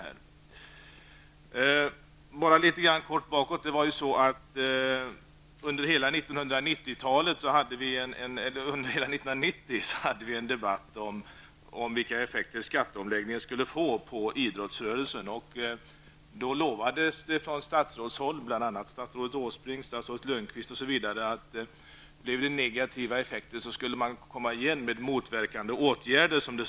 Under hela 1990 förekom en debatt om vilka effekter skatteomläggningen skulle få för idrottsrörelsen. Bl.a. statsrådet Åsbrink och statsrådet Lönnqvist lovade då, att om det blev fråga om negativa effekter så skulle man vidta ''motverkande åtgärder''.